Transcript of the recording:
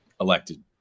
elected